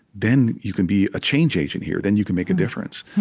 then you can be a change agent here. then you can make a difference.